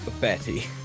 Betty